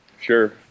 Sure